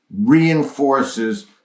reinforces